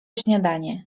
śniadanie